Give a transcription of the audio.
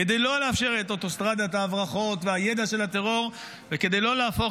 כדי לא לאפשר את אוטוסטרדת ההברחות והידע של הטרור וכדי לא להפוך